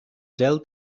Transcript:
gel